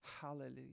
Hallelujah